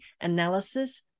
analysis